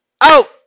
Out